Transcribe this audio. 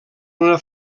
una